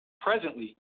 Presently